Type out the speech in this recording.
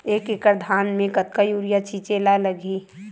एक एकड़ धान में कतका यूरिया छिंचे ला लगही?